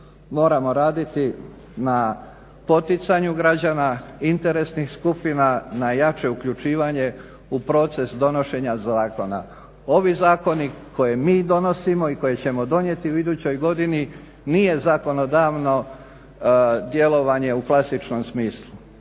moramo raditi na poticanju građana, interesnih skupina na jače uključivanje u proces donošenja zakona. Ovi zakoni koje mi donosimo i koje ćemo donijeti u idućoj godini nije zakonodavno djelovanje u klasičnom smislu.